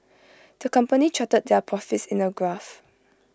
the company charted their profits in A graph